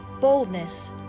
boldness